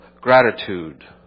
gratitude